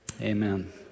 Amen